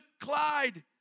Clyde